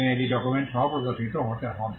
এবং এটি ডকুমেন্ট সহ প্রদর্শিত হতে হবে